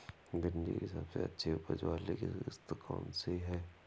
भिंडी की सबसे अच्छी उपज वाली किश्त कौन सी है?